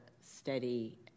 steady